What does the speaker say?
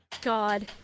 God